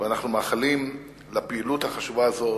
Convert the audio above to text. ואנחנו מאחלים שהפעילות החשובה הזאת,